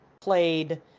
played